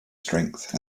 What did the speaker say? strength